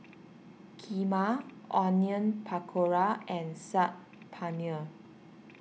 Kheema Onion Pakora and Saag Paneer